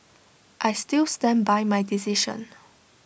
I still stand by my decision